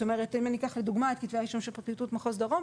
אם אקח לדוגמה את כתבי האישום של פרקליטות מחוז דרום